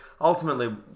Ultimately